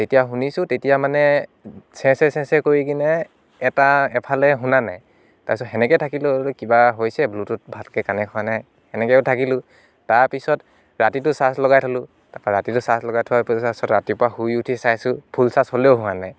তেতিয়া শুনিছোঁ তেতিয়া মানে চেৰ চেৰ চেৰ চেৰ কৰি কিনে এটা এফালে শুনা নাই তাৰপিছত সেনেকে থাকিলোঁ আৰু কিবা হৈছে ব্লুটুথ ভালকে কানেক্ট হোৱা নাই সেনেকেও থাকিলোঁ তাৰপিছত ৰাতিটো চাৰ্জ লগাই থ'লো তাৰপৰা ৰাতিটো চাৰ্জ লগাই থোৱাৰ তাৰপাছত ৰাতিপুৱা শুই উঠি চাইছোঁ ফুল চাৰ্জ হ'লেও হোৱা নাই